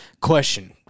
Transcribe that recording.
Question